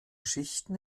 schichten